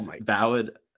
valid